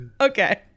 Okay